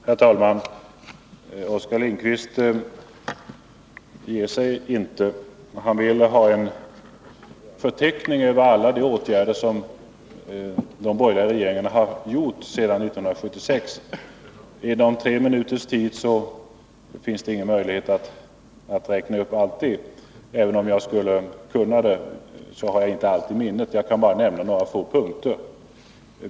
Herr talman! Oskar Lindkvist ger sig inte. Han vill ha en förteckning över alla de åtgärder som de borgerliga regeringarna har vidtagit sedan 1976. På tre minuter finns det ingen möjlighet att räkna upp allt. Och även om jag skulle kunna göra det har jag inte allt i minnet — jag kan bara nämna några få punkter.